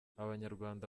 abanyarwanda